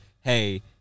hey